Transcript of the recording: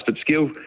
skill